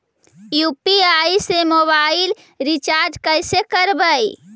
UPI से mobile recharge कैसे करबइ?